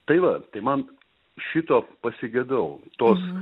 tai va tai man šito pasigedau tos